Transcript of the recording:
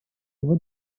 его